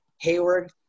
Hayward